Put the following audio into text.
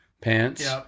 pants